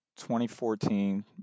2014